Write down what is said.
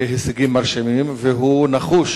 להישגים מרשימים, והוא נחוש